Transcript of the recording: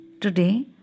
Today